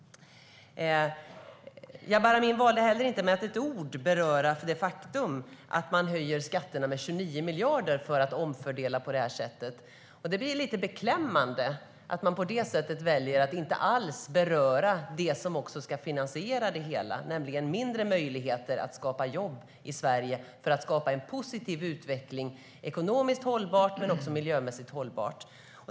Jabar Amin valde att inte med ett ord beröra det faktum att man höjer skatterna med 29 miljarder för att omfördela på det här sättet. Det är beklämmande att man väljer att inte alls beröra det som ska finansiera det hela, nämligen mindre möjligheter för att skapa jobb i Sverige, för att skapa en positiv utveckling som är ekonomiskt och miljömässigt hållbar.